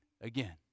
again